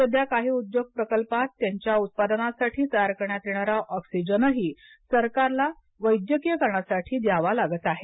सध्या काही उद्योग प्रकल्पात त्यांच्या उत्पादनासाठी तयार करण्यात येणारा ऑक्सिजनही सरकारला वैद्यकीय कारणासाठी द्यावा लागत आहे